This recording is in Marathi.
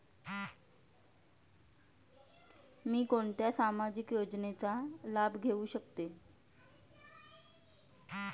मी कोणत्या सामाजिक योजनेचा लाभ घेऊ शकते?